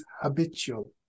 habitual